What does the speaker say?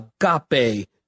agape